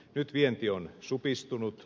nyt vienti on supistunut